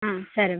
ಹಾಂ ಸರಿ